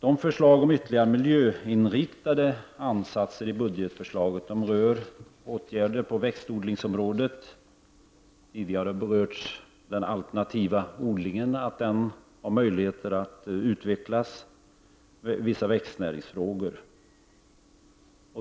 De förslag i budgetpropositionen om ytterligare miljöinriktade insatser rör åtgärder på växtodlingsområdet. Tidigare har vissa växtnäringfrågor berörts och att den alternativa odlingen har möjligheter att utvecklas. Andra frågor